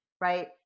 right